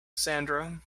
sandra